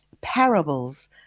Parables